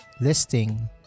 listing